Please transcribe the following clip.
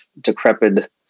decrepit